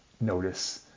notice